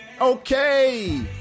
okay